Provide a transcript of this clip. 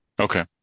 Okay